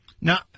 Now